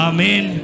Amen